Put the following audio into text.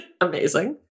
Amazing